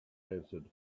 answered